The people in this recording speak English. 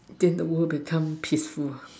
been the word becoming peaceful